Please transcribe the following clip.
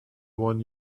one